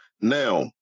Now